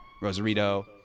Rosarito